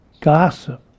gossip